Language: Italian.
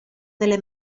delle